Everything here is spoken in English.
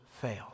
fail